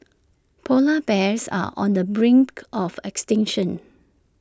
Polar Bears are on the brink of extinction